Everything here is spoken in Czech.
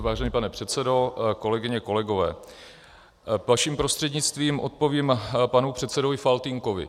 Vážený pane předsedo, kolegyně, kolegové, vaším prostřednictvím odpovím panu předsedovi Faltýnkovi.